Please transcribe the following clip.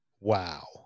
Wow